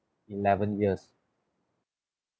eleven years